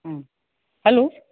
हूँ हेलो